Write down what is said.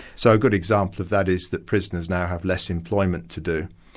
so a good example of that is that prisoners now have less employment to do,